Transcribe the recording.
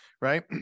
right